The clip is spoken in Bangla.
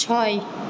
ছয়